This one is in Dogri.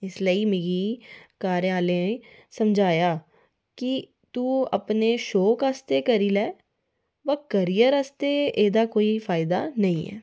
इसै लेई मिगी घरै आह्लै समझाया कि तू अपने शौक आस्तै करी लै पर करियर आस्तै एह्दा कोई फायदा नेईं ऐ